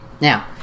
Now